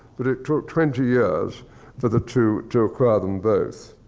but it took twenty years for the two, to acquire them both.